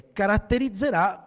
caratterizzerà